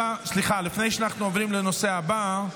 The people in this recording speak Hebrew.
לפני שאנחנו עוברים לנושא הבא,